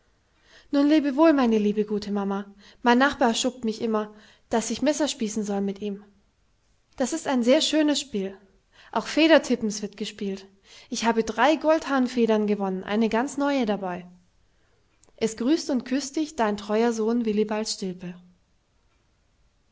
nun lebe wol meine liebe gute mamma mein nachbar schubt mich immer daß ich messerspießen soll mit ihm das ist ein sehr schönes spiel auch federtippens wird gespielt ich habe drei goldhahnfedern gewonn eine ganz neue dabei es grüßt und küßt dich dein treuer sohn willibald stilpe